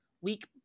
weak